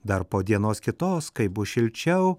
dar po dienos kitos kai bus šilčiau